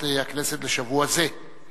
בישיבות הכנסת לשבוע זה.